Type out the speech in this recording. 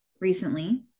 recently